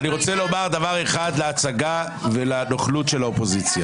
ולא לנוטשה במסעות החיים,